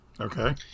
Okay